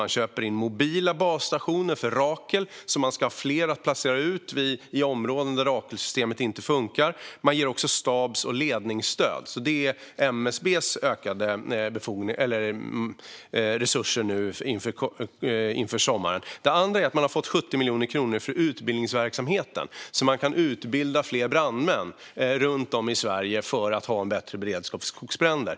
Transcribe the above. Man köper in mobila basstationer för Rakel så att man ska ha fler att placera ut i områden där Rakelsystemet inte funkar, och man ger också stabs och ledningsstöd. Detta är MSB:s ökade resurser inför sommaren. Dessutom har man fått 70 miljoner kronor för utbildningsverksamheten så att man kan utbilda fler brandmän runt om i Sverige för att ha en bättre beredskap för skogsbränder.